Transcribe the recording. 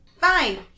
Fine